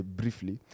briefly